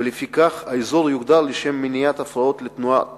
ולפיכך האזור יגודר לשם מניעת הפרעות לתנועת